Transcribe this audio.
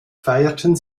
feierten